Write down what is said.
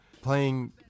playing